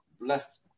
left